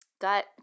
got